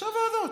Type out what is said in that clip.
ראשי ועדות.